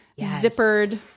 zippered